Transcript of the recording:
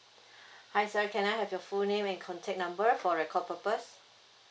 hi sir can I have your full name and contact number for record purpose